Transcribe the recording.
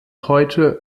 heute